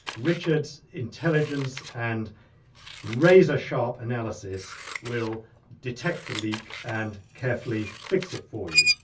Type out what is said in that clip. richard's intelligence and razor-sharp analysis will detect the leak and carefully fix it for you.